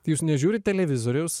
jūs nežiūrit televizoriaus